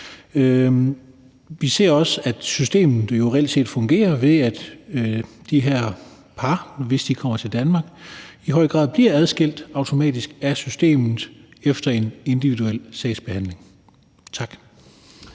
Vi ser også, at systemet jo reelt set fungerer, ved at de her par, hvis de kommer til Danmark, i høj grad bliver adskilt automatisk af systemet efter en individuel sagsbehandling. Tak.